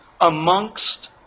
amongst